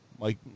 mike